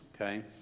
Okay